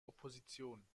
opposition